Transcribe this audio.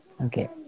Okay